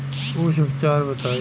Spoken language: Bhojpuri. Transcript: कुछ उपचार बताई?